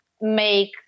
make